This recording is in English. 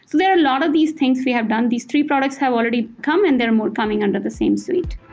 there are lots of these things we have done. these three products have already come and they're more coming under the same suite.